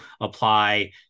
apply